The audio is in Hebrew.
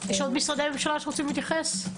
עוד משרדי ממשלה שרוצים להתייחס?